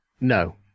No